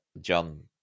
John